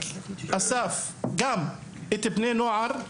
אסף הציג גם את הנתונים בקרב בני הנוער.